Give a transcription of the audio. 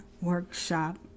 workshop